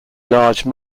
large